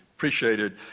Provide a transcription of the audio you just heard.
Appreciated